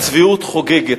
הצביעות חוגגת.